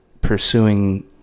pursuing